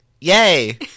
Yay